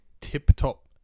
tip-top